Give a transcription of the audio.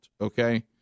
okay